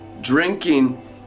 Drinking